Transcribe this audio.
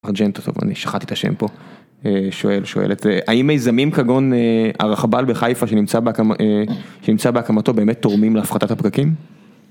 אני שכחתי את השם פה, שואל, שואלת האם מיזמים כגון הרכבל בחיפה שנמצא בהקמתו באמת תורמים להפחתת הפקקים?